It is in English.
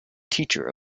teacher